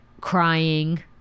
crying